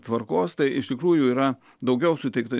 tvarkos tai iš tikrųjų yra daugiau suteikta